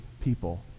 people